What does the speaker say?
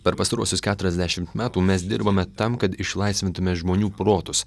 per pastaruosius keturiasdešimt metų mes dirbome tam kad išlaisvintume žmonių protus